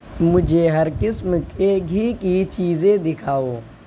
مجھے ہر قسم کے گھی کی چیزیں دِکھاؤ